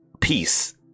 peace